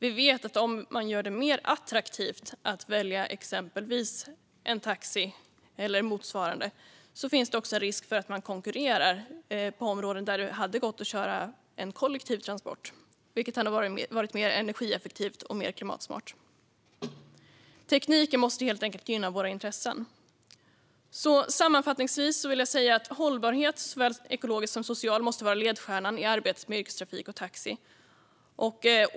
Vi vet att om man gör det mer attraktivt att välja exempelvis taxi eller motsvarande finns det en risk för att det konkurrerar på områden där det hade gått att köra en kollektiv transport, som hade varit mer energieffektiv och klimatsmart. Tekniken måste helt enkelt gynna våra intressen. Sammanfattningsvis vill jag säga att hållbarhet, såväl ekologisk som social, måste vara ledstjärnan i arbetet med yrkestrafik och taxi.